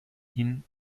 ihn